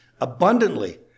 abundantly